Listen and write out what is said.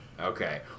Okay